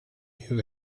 who